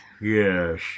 Yes